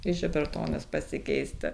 žebertonis pasikeisti